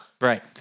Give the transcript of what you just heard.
Right